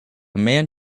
man